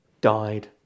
died